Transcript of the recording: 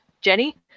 Jenny